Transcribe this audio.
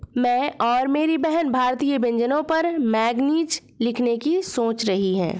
मैं और मेरी बहन भारतीय व्यंजनों पर मैगजीन लिखने की सोच रही है